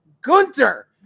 Gunter